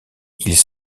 ils